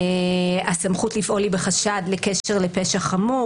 הסמכות לפעול היא בחשד לקשר לפשע חמור,